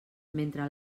mentre